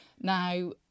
Now